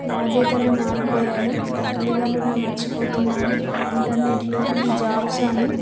బాధ్యతలు మారిపోయాయి తల్లిదండ్రులను మర్చిపోతున్నారు ఇంటర్నెట్లు అని జాబ్సు అని